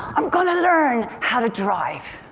i'm going to learn how to drive.